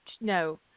No